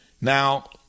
Now